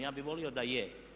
Ja bih volio da je.